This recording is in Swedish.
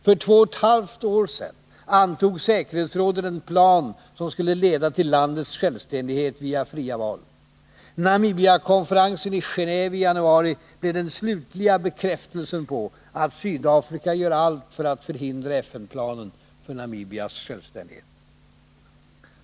För två och ett halvt år sedan antog säkerhetsrådet en plan som skulle leda till landets självständighet via fria val. Namibiakonferensen i Gené&ve i januari blev den slutliga bekräftelsen på att Sydafrika gör allt för att förhindra FN-planen för Namibias självständighet.